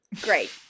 Great